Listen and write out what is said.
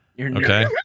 okay